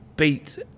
beat